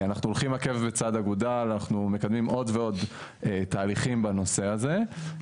אנחנו הולכים עקב בצד אגודל ואנחנו מקדמים עוד ועוד תהליכים בנושא הזה,